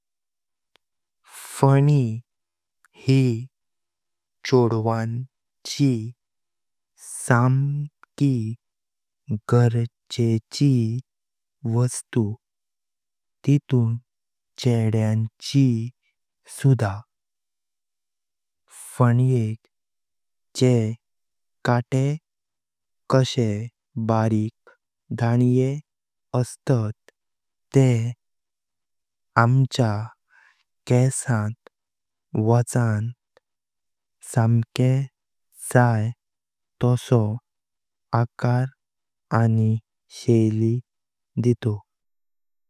फानी ही चौद्वांची समकी गार्जेची वस्तु तितुन चेड्यांचि सुद्धा। फाण्येक जेह कटे कशे बारिक दान्ये अस्तात तेह आमचा केसांची वचना समके जाई तसो आकार आनि शैली दितो।